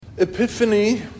Epiphany